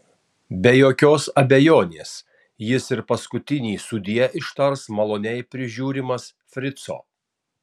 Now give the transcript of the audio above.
be jokios abejonės jis ir paskutinį sudie ištars maloniai prižiūrimas frico